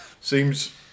seems